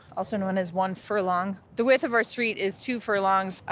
also known as one furlong. the width of our street is two furlongs, ah